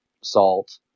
salt